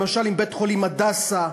למשל בבית-החולים "הדסה",